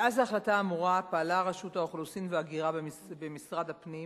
מאז ההחלטה האמורה פעלה רשות האוכלוסין וההגירה במשרד הפנים